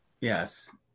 Yes